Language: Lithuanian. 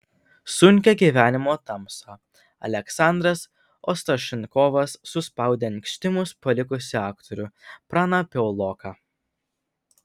sunkia gyvenimo tamsa aleksandras ostašenkovas suspaudė anksti mus palikusį aktorių praną piauloką